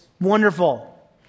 wonderful